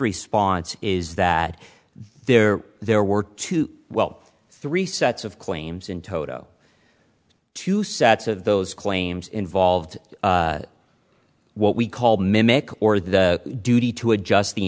response is that there there were two well three sets of claims in toto two sets of those claims involved what we call mimic or the duty to adjust the